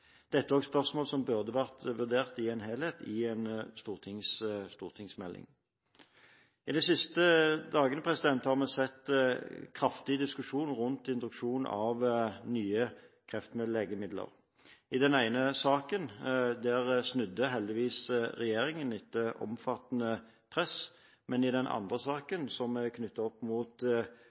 Dette er også spørsmål som burde vært vurdert i en helhet i en stortingsmelding. I de siste dagene har vi sett en kraftig diskusjon rundt introduksjon av nye kreftlegemidler. I den ene saken snudde heldigvis regjeringen etter omfattende press, men i den andre saken, som er knyttet opp mot